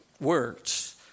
words